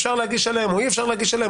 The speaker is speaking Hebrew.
אפשר להגיש עליהם או אי אפשר להגיש עליהם.